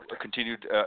continued